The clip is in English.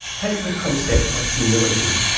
take the concept of humility.